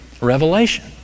revelation